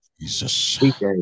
Jesus